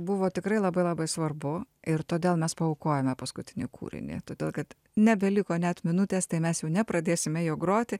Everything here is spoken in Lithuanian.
buvo tikrai labai labai svarbu ir todėl mes paaukojome paskutinį kūrinį todėl kad nebeliko net minutės tai mes jau nepradėsime jo groti